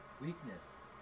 Weakness